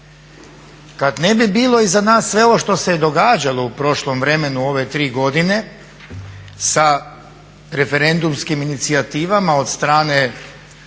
Kad ne bi bilo iza nas sve ovo što se događalo u prošlom vremenu u ove tri godine sa referendumskim inicijativama od strane